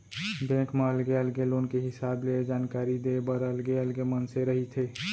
bank म अलगे अलगे लोन के हिसाब ले जानकारी देय बर अलगे अलगे मनसे रहिथे